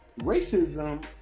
Racism